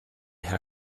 herr